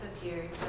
appears